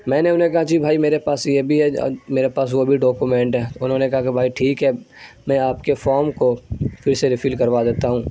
میں نے انہیں کہا جی بھائی میرے پاس یہ بھی ہے میرے وہ بھی ڈاکومنٹ ہے انہوں نے کہا کہ بھائی ٹھیک ہے میں آپ کے فام کو پھر سے رفل کروا دیتا ہوں